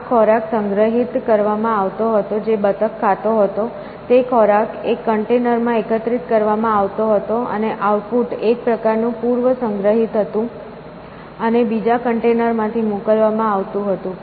આ ખોરાક ખરેખર સંગ્રહિત કરવામાં આવતો હતો જે બતક ખાતો હતો તે ખોરાક એક કન્ટેનરમાં એકત્રિત કરવામાં આવતો હતો અને આઉટપુટ એક પ્રકારનું પૂર્વ સંગ્રહિત હતું અને બીજા કન્ટેનરમાંથી મોકલવામાં આવતું હતું